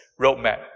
Roadmap